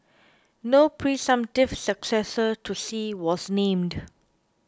no presumptive successor to Xi was named